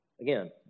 Again